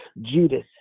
Judas